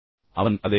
நிறுத்திவிட்டேன்